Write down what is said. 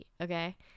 okay